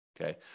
okay